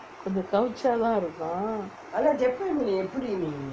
கொஞ்சம் கௌச்சியாத்தான் இருக்கும்:konjam kouchiyaathaan irukkum